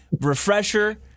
Refresher